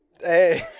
hey